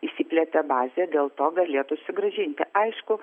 išsiplėtė bazė dėl to galėtų sugrąžinti aišku